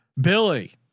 Billy